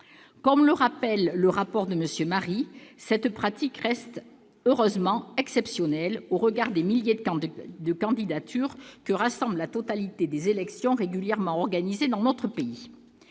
Comme le rappelle M. Marie dans son rapport, cette pratique reste heureusement exceptionnelle au regard des milliers de candidatures que rassemblent la totalité des élections régulièrement organisées dans notre pays.